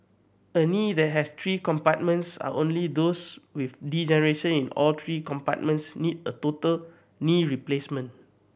a knee that has three compartments and only those with degeneration in all three compartments need a total knee replacement